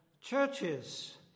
churches